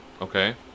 Okay